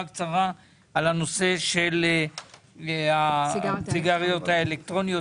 קצרה על הנושא של הסיגריות האלקטרוניות,